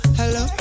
hello